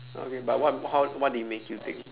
okay but what how what did it make you think